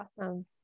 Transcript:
Awesome